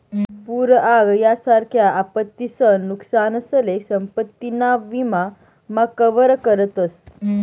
पूर आग यासारख्या आपत्तीसन नुकसानसले संपत्ती ना विमा मा कवर करतस